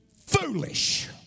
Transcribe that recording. foolish